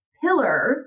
pillar